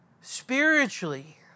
spiritually